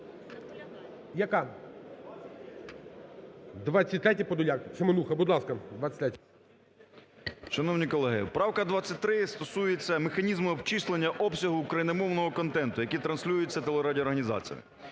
Яка? 23-я, Подоляк. Семенуха, будь ласка, 23-я. 11:09:05 СЕМЕНУХА Р.С. Шановні колеги, правка 23 стосується механізму обчислення обсягу україномовного контенту, який транслюється телерадіоорганізацією.